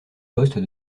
poste